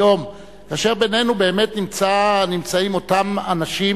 היום, כאשר בינינו באמת נמצאים אותם אנשים,